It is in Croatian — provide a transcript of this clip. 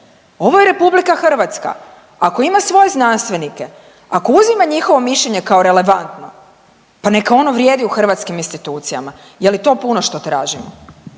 Ovo je RH, ako ima svoje znanstvenike, ako uzima njihovo mišljenje kao relevantno, pa neka ono vrijedi u hrvatskim institucijama. Je li to puno što tražimo?